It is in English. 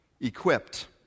equipped